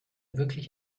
wirklich